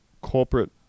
corporate